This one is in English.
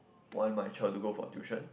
want my child to go for tuition